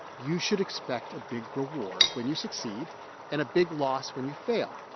you should expect a big reward when you succeed and a big loss when you fail.